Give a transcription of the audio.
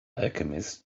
alchemist